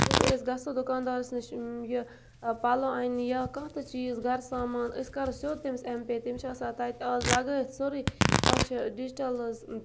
یُتھُے أسۍ گَژھو دُکانٛدارَس نِش یہِ پَلو اَنٛنہِ یا کانٛہہ تہِ چیٖز گَرٕ سامان أسۍ کَرو سیوٚد تٔمِس اٮ۪م پے تٔمِس چھِ آسان تَتہِ آز لَگٲیِتھ سورُے آز چھِ ڈِجٹَل حظ